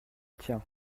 tiens